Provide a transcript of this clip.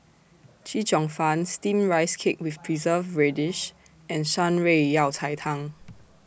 Chee Cheong Fun Steamed Rice Cake with Preserved Radish and Shan Rui Yao Cai Tang